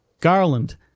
Garland